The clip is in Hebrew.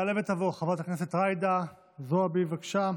תעלה ותבוא חברת הכנסת ג'ידא זועבי, בבקשה.